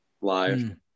live